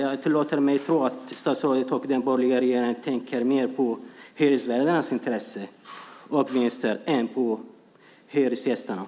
Jag tillåter mig tro att statsrådet och den borgerliga regeringen tänker mer på hyresvärdarnas intressen och vinster än på hyresgästernas.